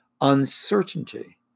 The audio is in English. uncertainty